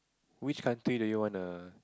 which country do you want to